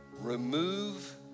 remove